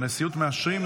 בנשיאות מאשרים.